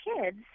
kids